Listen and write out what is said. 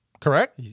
Correct